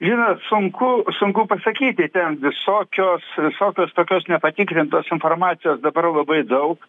žinot sunku sunku pasakyti ten visokios visokios tokios nepatikrintos informacijos dabar labai daug